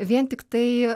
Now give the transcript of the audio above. vien tiktai